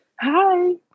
Hi